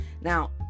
Now